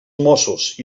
mossos